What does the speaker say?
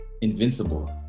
Invincible